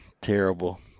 terrible